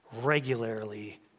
regularly